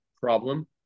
problem